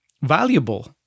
valuable